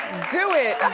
do it.